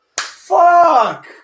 Fuck